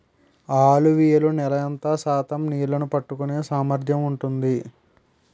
అలువియలు నేల ఎంత శాతం నీళ్ళని పట్టుకొనే సామర్థ్యం ఉంటుంది?